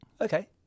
Okay